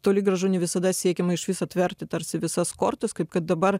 toli gražu ne visada siekiama išvis atverti tarsi visas kortas kaip kad dabar